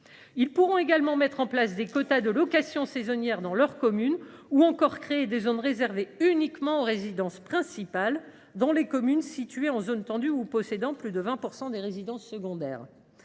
pourront également instaurer des quotas de locations saisonnières dans leur commune, ou encore créer des zones réservées aux seules résidences principales, dans les communes situées en zone tendue ou dénombrant plus de 20 % de résidences secondaires.